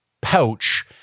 pouch